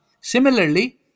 Similarly